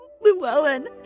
Llewellyn